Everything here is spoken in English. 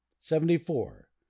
Seventy-four